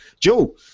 Joe